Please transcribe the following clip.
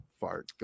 fart